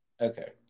Okay